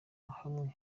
hamwe